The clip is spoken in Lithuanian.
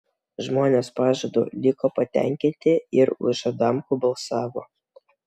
žmonės pažadu liko patenkinti ir už adamkų balsavo